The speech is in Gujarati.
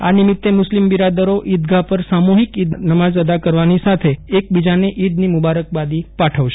આ નિમિત્તે મુસ્લિમ બિરાદરો ઈદગાહ પર સાસુહિક ઇદ નમાજ અદા કરવાની સાથે એકબીજાને ઈદની મુબારકબાદી પાઠવશે